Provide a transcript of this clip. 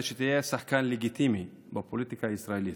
שתהיה שחקן לגיטימי בפוליטיקה הישראלית.